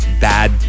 bad